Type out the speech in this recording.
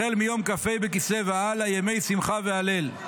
החל מיום כ"ה בכסלו והלאה, ימי שמחה והלל.